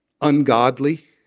Ungodly